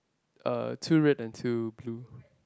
uh two red and two blue